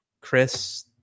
Chris